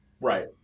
Right